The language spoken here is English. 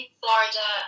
florida